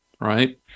right